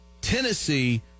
Tennessee